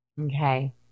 Okay